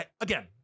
again